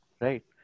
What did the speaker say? Right